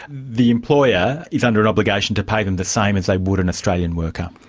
the employer is under an obligation to pay them the same as they would an australian worker.